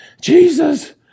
Jesus